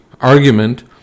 argument